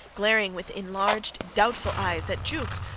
glaring with enlarged, doubtful eyes at jukes,